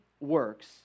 works